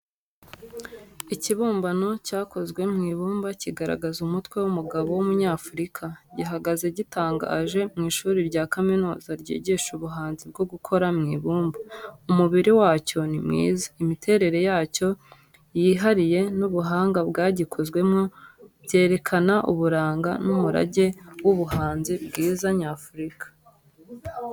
Ikibumbano cyakozwe mu ibumba kigaragaza umutwe w’umugabo w’Umunyafurika, gihagaze gitangaje mu ishuri rya kaminuza ryigisha ubuhanzi bwo gukora mu ibumba. Umubiri wacyo ni mwiza, imiterere yacyo yihariye, n’ubuhanga bwagikozwemo byerekana uburanga n’umurage w’ubuhanzi bwiza nyafurika.